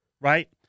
right